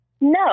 No